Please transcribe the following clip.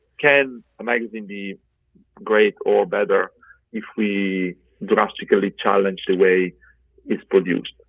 can a magazine be great or better if we drastically challenge the way it's produced?